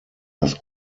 dass